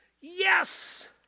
Yes